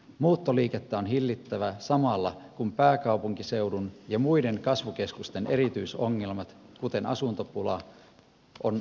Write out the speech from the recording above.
muuttoliikettä on hillittävä samalla kun pääkaupunkiseudun ja muiden kasvukeskusten erityisongelmat kuten asuntopula on ratkaistava